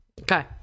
okay